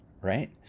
right